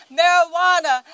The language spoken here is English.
marijuana